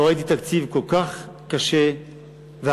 לא ראיתי תקציב כל כך קשה ואכזרי.